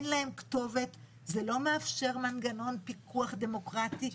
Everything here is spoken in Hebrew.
זה לא מאפשר מנגנון פיקוח דמוקרטי.